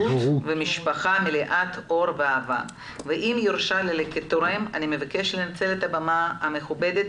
המחשבה שלי היא קודם כל ההורים שמחכים לחבוק תינוק,